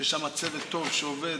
יש שם צוות טוב שעובד,